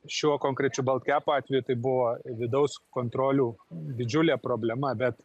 šiuo konkrečiu balkepo atveju tai buvo vidaus kontrolių didžiulė problema bet